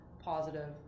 positive